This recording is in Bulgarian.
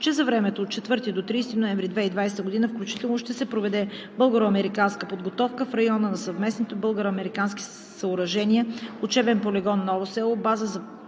че за времето от 4 до 30 ноември 2020 г. включително ще се проведе българо-американска подготовка в района на съвместните българо-американски съоръжения, учебен полигон „Ново село“, база за